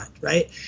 right